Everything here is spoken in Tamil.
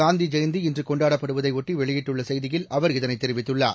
காந்தி ஜெயந்தி இன்று கொண்டாடப்படுவதை ஒட்டி வெளியிட்டுள்ள செய்தியில் அவர் இதனை தெரிவித்துள்ளார்